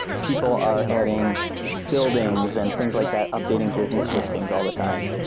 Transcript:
people are adding buildings and things like that, updating business listings all the time.